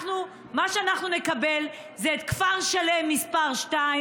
מה שאנחנו נקבל זה את כפר שלם 2,